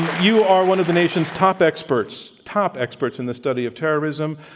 you are one of the nation's top experts, top experts in the study of terrorism.